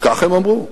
כך הם אמרו.